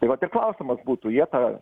tai vat ir klausimas būtų jie tą